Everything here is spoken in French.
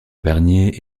bernier